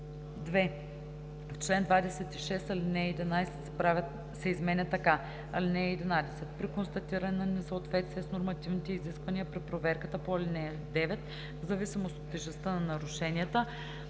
2. В чл. 26 ал. 11 се изменя така: „(11) При констатиране на несъответствие с нормативните изисквания при проверката по ал. 9, в зависимост от тежестта на нарушенията: